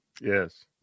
Yes